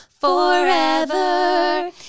forever